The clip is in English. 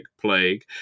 plague